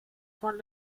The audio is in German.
von